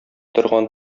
торган